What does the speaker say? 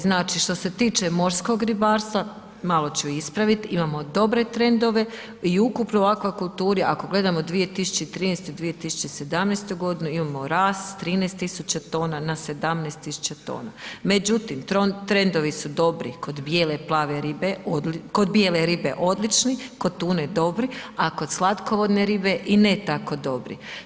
Znači što se tiče morskog ribarstva, malo ću ispravit, imamo dobre trendove, i ukupno o akvakulturi ako gledamo 2013.-2017., imamo rast 13 000 tona na 17 000 tona međutim trendovi su dobri kod bijele i plave ribe, kod bijele ribe odlični, kod tune dobri, a kod slatkovodne ribe i ne tako dobri.